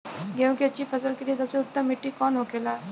गेहूँ की अच्छी फसल के लिए सबसे उत्तम मिट्टी कौन होखे ला?